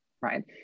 right